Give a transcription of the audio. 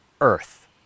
Earth